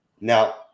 Now